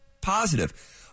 positive